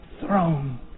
throne